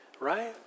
right